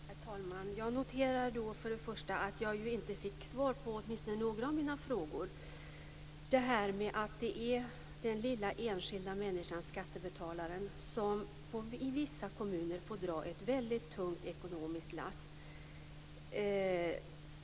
Herr talman! Jag noterar först och främst att jag inte fick svar på några av mina frågor, t.ex. om den lilla enskilda människan, skattebetalaren, som i vissa kommuner får dra ett väldigt tungt ekonomiskt lass.